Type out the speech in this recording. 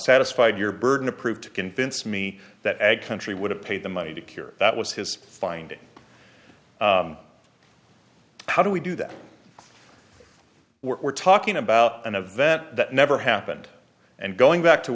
satisfied your burden of proof to convince me that ag country would have paid the money to cure that was his finding how do we do that we're talking about an event that never happened and going back to